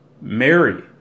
Mary